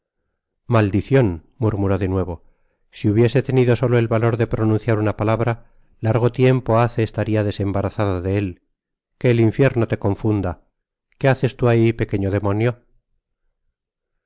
maldicion murmuró de nuevo si hubiese tenido solo el valor de pronunciad una palabra largo tiempo hace estaria desembarazado de él qué el infierno le confunda qué haces tu ahi pequeno demonio